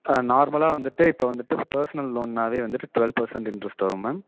ஆ நார்மலாக வந்துவிட்டு இப்போ வந்துவிட்டு பர்சனல் லோன்னாவே வந்துவிட்டு டுவல்வ் பெர்சண்ட் இண்ட்ரெஸ்ட் வரும் மேம்